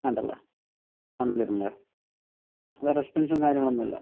വേണ്ട അല്ലേ അതൊന്നും തരേണ്ടാ വേറെ എക്സ്പെൻസും കാര്യങ്ങളൊന്നുമില്ല